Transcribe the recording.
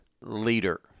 leader